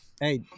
Hey